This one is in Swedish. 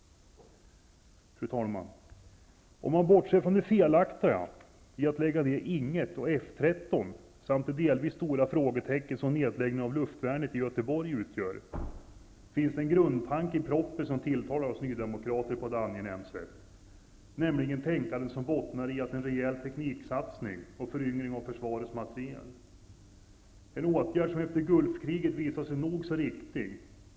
Fru talman! Om man bortser från det felaktiga i att lägga ned Ing 1 och F 13, samt det delvis stora frågetecknet som nedläggningen av luftvärnet i Göteborg utgör, finns det en grundtanke i propositionen som tilltalar oss nydemokrater på ett angenämt sätt, nämligen tänkandet som bottnar i en rejäl tekniksatsning och en föryngring av försvarets materiel. Det är en åtgärd som efter Gulfkriget visat sig vara nog så riktig.